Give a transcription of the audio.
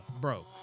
Bro